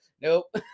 nope